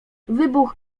wybuch